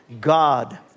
God